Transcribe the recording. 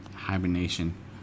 Hibernation